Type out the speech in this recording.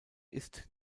ist